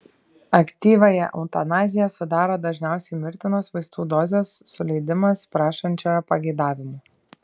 aktyviąją eutanaziją sudaro dažniausiai mirtinos vaistų dozės suleidimas prašančiojo pageidavimu